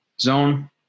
zone